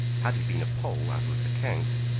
had he been a pole as was the count,